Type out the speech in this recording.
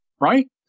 Right